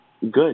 Good